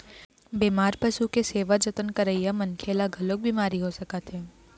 बेमार पशु के सेवा जतन करइया मनखे ल घलोक बिमारी हो सकत हे